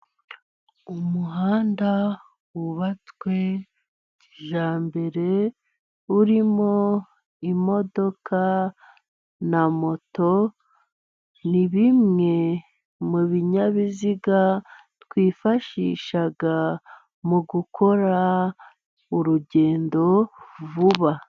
Umuhanda wubatswe kijyambere urimo imodoka na moto, ni bimwe mu binyabiziga twifashisha mu gukora urugendo vuba.